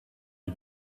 you